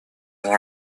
этом